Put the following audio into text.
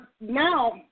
now